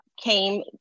came